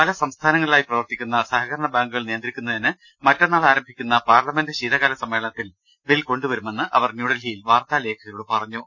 പല സംസ്ഥാനങ്ങളിലായി പ്രവർത്തിക്കുന്ന സഹകരണ ബാങ്കുകൾ നിയന്ത്രി ക്കുന്നതിനും മറ്റന്നാൾ ആരംഭിക്കുന്ന പാർലമെന്റ് ശീതകാല സമ്മേളനത്തിൽ ബിൽ കൊണ്ടുവരുമെന്ന് അവർ ന്യൂഡൽഹിയിൽ വാർത്താ ലേഖകരോട് പറഞ്ഞു